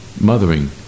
mothering